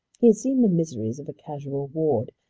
he had seen the miseries of a casual ward,